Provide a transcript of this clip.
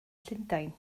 llundain